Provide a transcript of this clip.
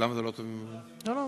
בסדר.